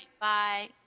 Bye